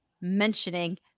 mentioning